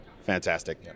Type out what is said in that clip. Fantastic